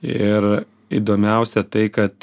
ir įdomiausia tai kad